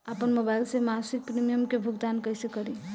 आपन मोबाइल से मसिक प्रिमियम के भुगतान कइसे करि?